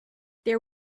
there